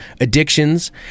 addictions